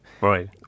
Right